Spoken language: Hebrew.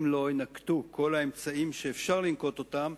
אם לא יינקטו כל האמצעים שאפשר לנקוט אותם,